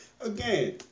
again